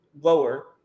lower